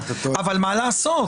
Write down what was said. אבל מה לעשות,